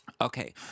Okay